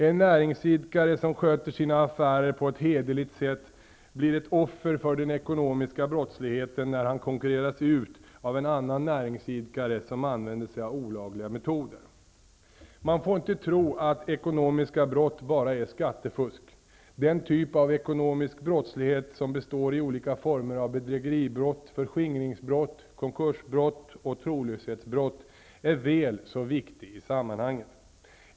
En näringsidkare som sköter sin affärer på ett hederligt sätt blir ett offer för den ekonomiska brottsligheten, när han konkurreras ut av en annan näringsidkare som använder sig av olagliga metoder. Man får inte tro att ekonomiska brott bara är skattefusk. Den typ av ekonomisk brottslighet som består i olika former av bedrägeribrott, förskingringsbrott, konkursbrott och trolöshetsbrott är väl så viktig i sammanhanget.